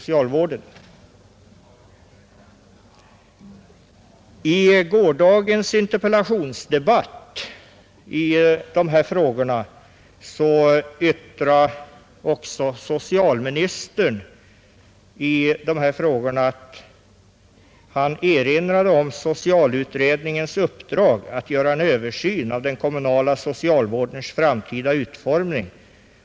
I gårdagens interpellationsdebatt i dessa frågor erinrade också socialministern om socialutredningens uppdrag att göra en översyn av den kommunala socialvårdens framtida utformning.